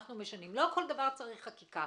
אנחנו לא change ואנחנו לא מתייחסים לעצמנו ככה.